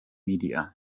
media